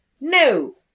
No